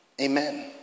Amen